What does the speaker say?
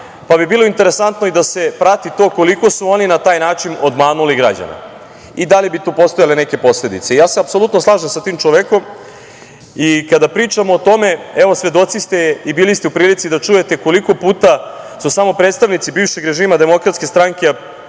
pa bi bilo interesantno i da se prati to koliko su oni na taj način obmanuli građane i da li bi tu postojale neke posledice. Apsolutno se slažem sa tim čovekom i kada pričamo o tome, evo, svedoci ste i bili ste u prilici da čujete koliko puta su samo predstavnici bivšeg režima DS, oličeni